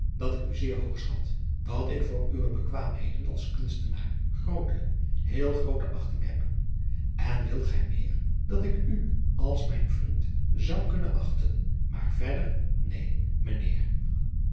dat ik u zeer hoog schat dat ik voor uwe bekwaamheden als kunstenaar groote heel groote achting heb en wilt gij meer dat ik u als mijn vriend zou kunnen achten maar verder neen ijnheer